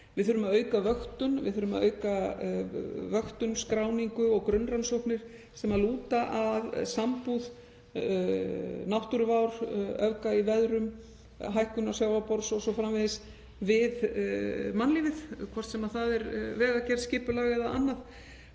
við forgangsröðum fjármunum. Við þurfum að auka vöktun, skráningu og grunnrannsóknir sem lúta að sambúð náttúruvár, öfga í veðrum, hækkunar sjávarborðs o.s.frv. við mannlífið, hvort sem það er vegagerð, skipulag eða annað.